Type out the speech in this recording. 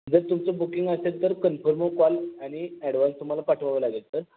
जर तुमचं बुकिंग असेल तर कन्फर्म कॉल आणि ॲडव्हान्स तुम्हाला पाठवावा लागेल सर